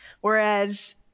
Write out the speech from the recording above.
Whereas